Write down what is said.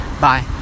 Bye